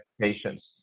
patients